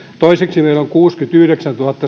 toiseksi meillä on kuusikymmentäyhdeksäntuhatta